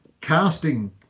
casting